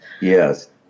Yes